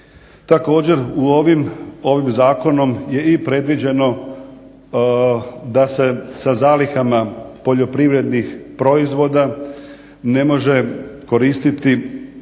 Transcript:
u ovim, u ovim zakonom je i predviđeno da se sa zalihama poljoprivrednih proizvoda ne može koristiti